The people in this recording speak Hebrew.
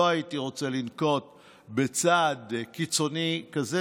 לא הייתי רוצה לנקוט צעד קיצוני כזה.